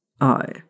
I